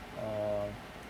err